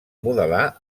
modelar